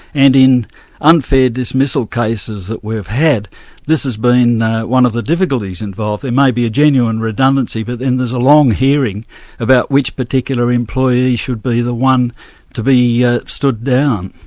and in unfair dismissal cases that we've had, this has been one of the difficulties involved. there may be a genuine redundancy but then there's a long hearing about which particular employee should be the one to be yeah stood down.